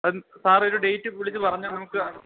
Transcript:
Sara ഒരു date വിളിച്ച് പറഞ്ഞാ നമുക്ക്